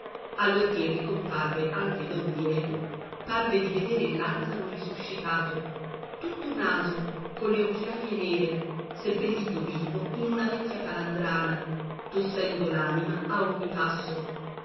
allorché ricomparve anche don diego parve di vedere lazzaro risuscitato tutto naso colle occhiaie nere seppellito vivo in una vecchia palandrana tossendo l'anima a ogni passo